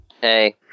Hey